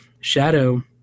Shadow